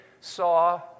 saw